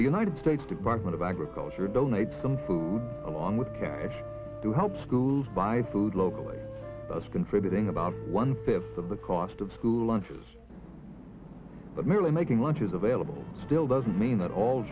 the united states department of agriculture donated some food along with cash to help schools bible local us contributing about one fifth of the cost of school lunches but merely making lunches available still doesn't mean that all